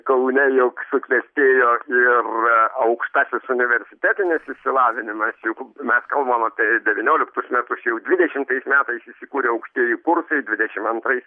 kaune juk suklestėjo ir aukštasis universitetinis išsilavinimas juk mes kalbam apie devynioliktus metus jau dvidešimt metais įsikūrė aukštieji kursai dvidešim antrais